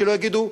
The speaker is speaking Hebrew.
שלא יגידו,